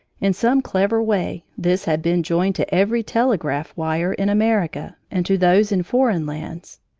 in some clever way this had been joined to every telegraph wire in america and to those in foreign lands.